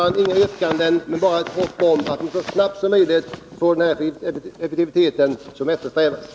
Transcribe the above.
Jag har inget yrkande men vill uttala förhoppningen att man så snart som möjligt ser till att få den effektivitet som eftersträvas.